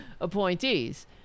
appointees